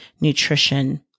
nutrition